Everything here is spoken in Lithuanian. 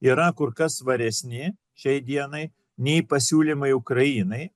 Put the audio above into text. yra kur kas svaresni šiai dienai nei pasiūlymai ukrainai